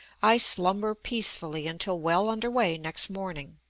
i slumber peacefully until well under way next morning.